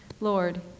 lord